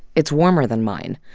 it's warmer than mine.